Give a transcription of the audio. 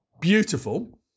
beautiful